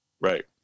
Right